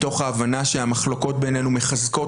מתוך ההבנה שהמחלוקות בינינו מחזקות